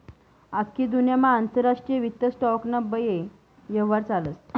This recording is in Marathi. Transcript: आख्खी दुन्यामा आंतरराष्ट्रीय वित्त स्टॉक ना बये यव्हार चालस